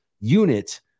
unit